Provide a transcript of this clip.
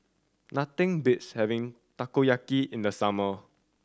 nothing beats having Takoyaki in the summer